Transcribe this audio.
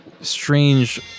strange